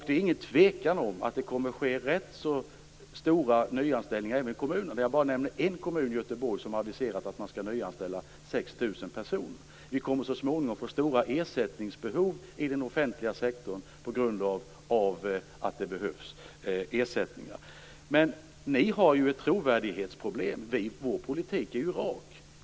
Det är ingen tvekan om att det kommer att ske rätt så omfattande nyanställningar i kommunerna. Jag nämnde bara en kommun, Göteborg, som har aviserat att man skall nyanställa 6 000 personer. Vi kommer så småningom att få stora ersättningsbehov i den offentliga sektorn. Ni har ett trovärdighetsproblem. Vår politik är ju rak.